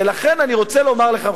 ולכן אני רוצה לומר לכם,